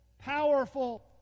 powerful